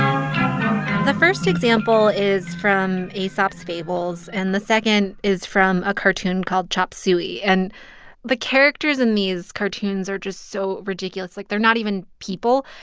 um the first example is from aesop's fables and the second is from a cartoon called chop suey. and the characters in these cartoons are just so ridiculous like, they're not even people.